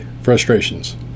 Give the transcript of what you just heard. frustrations